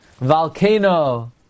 volcano